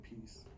peace